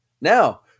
now